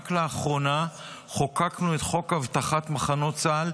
רק לאחרונה חוקקנו את חוק אבטחת מחנות צה"ל,